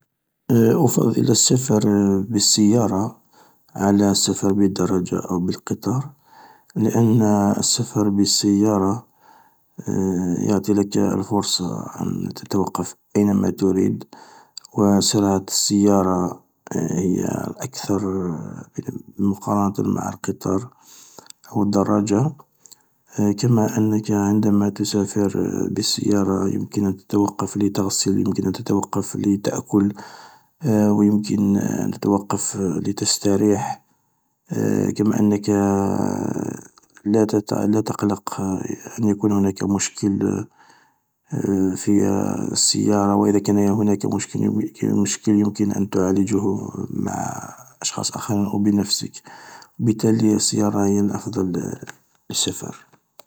افضل السفر بالسيارة على السفر بالقطار لان السفر بالسيارة يعطي لك الفرصة لتتوقف اينما تريد و سرعة السيارة هي اكثر مقارنة مع القطار و الدراجة كنا انك عندما تسافر بالسيارة يمكن أن تتوقف لتغسل يمكن أن تتوقف لتأكل و يمكن أن تتوقف لتستريح، كما انك لا تقلق ان يكون هناك مشكل في السيارة و اذا كان هناك مشكل يمكن أن تعالجه مع اشخاص اخرين او بنفسك، بالتالي السيارة هي الأفصل السفر.